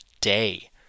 day